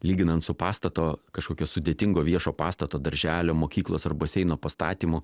lyginant su pastato kažkokio sudėtingo viešo pastato darželio mokyklos ar baseino pastatymu